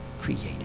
created